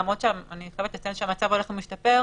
למרות שאני חייבת לציין שהמצב הולך ומשתפר,